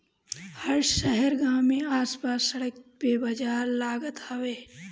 हर शहर गांव में आस पास सड़क पे बाजार लागत हवे